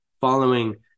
following